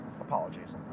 Apologies